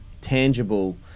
tangible